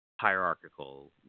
hierarchical